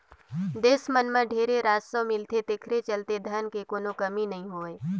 देस मन मं ढेरे राजस्व मिलथे तेखरे चलते धन के कोनो कमी नइ होय